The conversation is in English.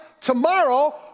Tomorrow